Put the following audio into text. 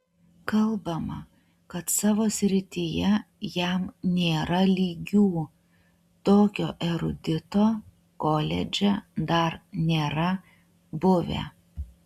kalbama kad savo srityje jam nėra lygių tokio erudito koledže dar nėra buvę